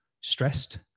stressed